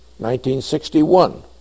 1961